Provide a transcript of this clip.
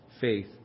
faith